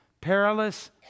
perilous